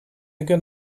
good